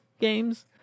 games